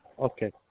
Okay